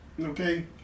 Okay